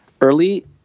early